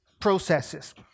processes